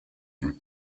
une